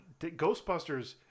Ghostbusters